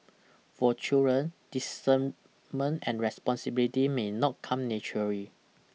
for children discernment and responsibility may not come naturally